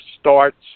starts